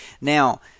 Now